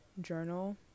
journal